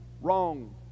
wrong